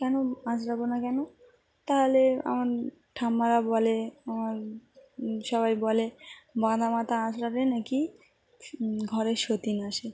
কেন আঁচড়াবো না কেন তাহলে আমার ঠাম্মারা বলে আমার সবাই বলে বাঁধা মথা আঁচড়ালে নাকি ঘরে সতীন আসে